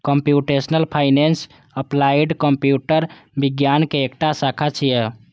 computational finance applied computer विज्ञान के एकटा शाखा छियै